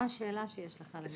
מה השאלה שיש לך למכון בן צבי?